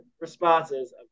responses